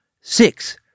Six